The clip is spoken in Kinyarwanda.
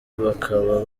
bakaba